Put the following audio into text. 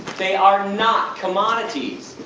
they are not commodities!